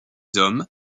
hommes